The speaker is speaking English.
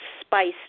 spiced